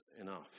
enough